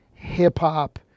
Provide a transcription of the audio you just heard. hip-hop